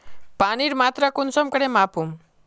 पानीर मात्रा कुंसम करे मापुम?